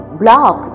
block